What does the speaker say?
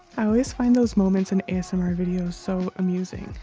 i always find those moments in asmr videos so amusing.